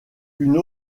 une